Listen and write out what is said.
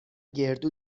گردو